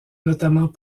notamment